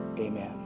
amen